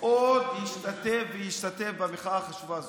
עוד ישתתף במחאה החשובה הזו.